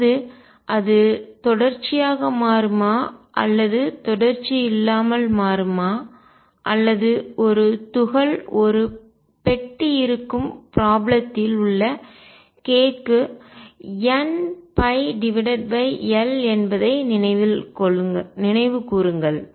அதாவது அது தொடர்ச்சியாக மாறுமா அல்லது தொடர்ச்சி இல்லாமல் மாறுமா அல்லது ஒரு துகள் ஒரு பெட்டி இருக்கும் ப்ராப்ளம் த்தில் உள்ள k க்கு nπL என்பதை நினைவுகூருங்கள்